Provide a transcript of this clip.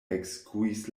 ekskuis